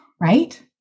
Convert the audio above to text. right